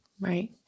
right